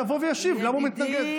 יבוא וישיב גם אם הוא מתנגד.